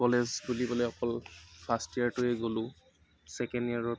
college বুলিবলৈ অকল first ইয়েৰটোৱেই গ'লোঁ ছেকেণ্ড ইয়েৰত